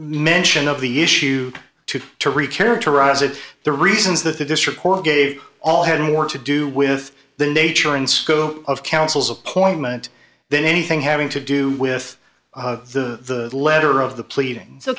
mention of the issue to to reach characterize it the reasons that this report gave all had more to do with the nature and scope of counsel's appointment than anything having to do with the letter of the pleading so